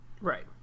Right